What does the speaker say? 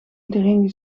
iedereen